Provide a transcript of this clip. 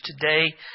today